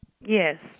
Yes